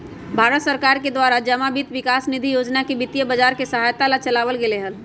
भारत सरकार के द्वारा जमा वित्त विकास निधि योजना वित्तीय बाजार के सहायता ला चलावल गयले हल